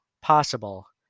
possible